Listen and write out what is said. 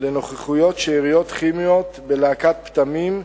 לנוכחות שאריות כימיות בלהקת פטמים,